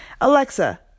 Alexa